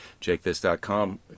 JakeThis.com